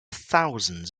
thousands